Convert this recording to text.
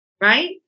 Right